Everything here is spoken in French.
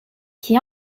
qui